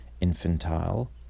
infantile